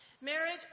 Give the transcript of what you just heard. Marriage